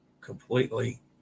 completely